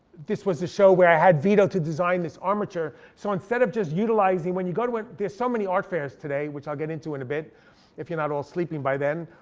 this was a show where i had vito to design this armature. so instead of just utilizing, when you go to, ah there's so many art fairs today, which i'll get into in a bit if you're not all sleeping by then.